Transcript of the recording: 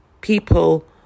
people